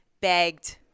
Begged